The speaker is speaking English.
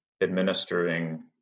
administering